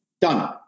Done